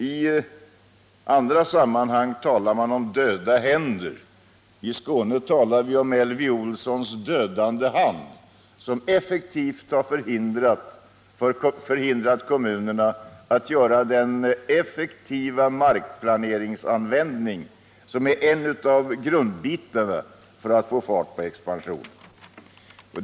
I andra sammanhang talar man om döda händer. I Skåne talar vi om Elvy Olssons dödande hand, som effektivt har förhindrat kommunerna att göra en effektiv markplanering, som är en av grundstenarna när det gäller att få fart på expansionen.